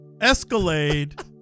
Escalade